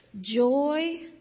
Joy